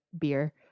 beer